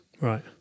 Right